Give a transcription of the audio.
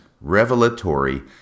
revelatory